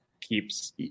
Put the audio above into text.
keeps